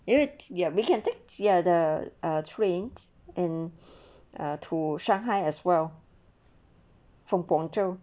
it's there we can take ya the trains and ah to shanghai as well from guangzhou